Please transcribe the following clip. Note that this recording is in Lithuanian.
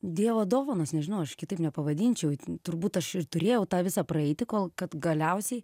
dievo dovanos nežinau aš kitaip nepavadinčiau turbūt aš ir turėjau tą visą praeiti kol kad galiausiai